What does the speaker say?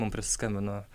mum prisiskambino